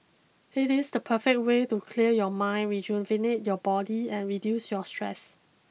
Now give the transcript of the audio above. it is the perfect way to clear your mind rejuvenate your body and reduce your stress